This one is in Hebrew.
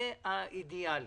זה האידיאלי.